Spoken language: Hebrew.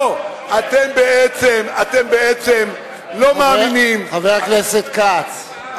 לא, אתם בעצם לא מאמינים, חבר הכנסת כץ,